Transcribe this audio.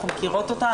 אנחנו מכירות אותה,